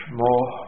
more